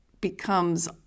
becomes